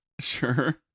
sure